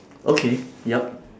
okay yup